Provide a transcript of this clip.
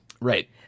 Right